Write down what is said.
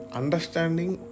understanding